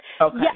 Okay